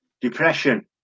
depression